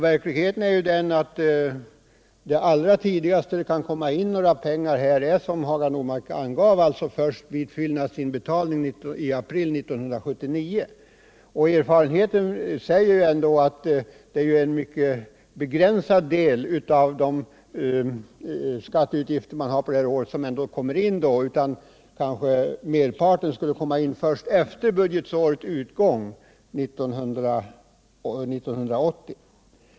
Verkligheten är ju den att den allra tidigaste tidpunkt då det kan komma in några pengar är — som Hagar Normark sade — vid fyllnadsinbetalningen i april 1979. Och erfarenheten säger att det är en mycket begränsad del av de skatteutgifter man har under året som kommer in då. Merparten skulle kanske komma in först efter budgetårets utgång, i början på 1980.